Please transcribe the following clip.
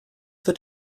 wird